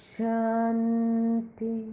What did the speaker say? Shanti